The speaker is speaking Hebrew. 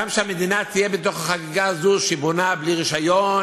גם שהמדינה תהיה בתוך החגיגה הזו שהיא בונה בלי רישיון,